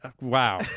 Wow